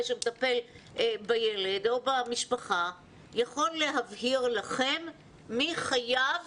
שמטפל בילד או במשפחה יכול להבהיר לכם מי חייב